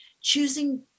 Choosing